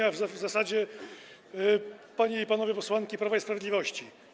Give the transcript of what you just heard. A w zasadzie Panie i Panowie Posłowie Prawa i Sprawiedliwości!